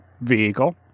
vehicle